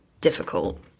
difficult